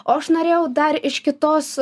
o aš norėjau dar iš kitos